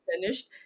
finished